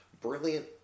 brilliant